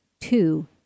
two